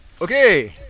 Okay